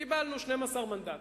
קיבלנו 12 מנדטים.